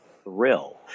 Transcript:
thrill